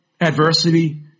adversity